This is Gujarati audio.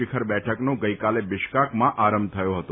શિખર બેઠકનો ગઈકાલે બિશ્કાકમાં આરંભ થયો હતો